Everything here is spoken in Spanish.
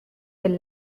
del